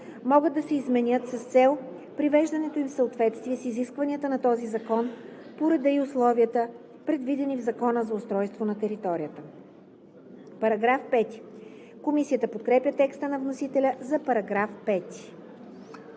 могат да се изменят с цел привеждането им в съответствие с изискванията на този закон по реда и условията, предвидени в Закона за устройство на територията.“ Комисията подкрепя текста на вносителя за § 5.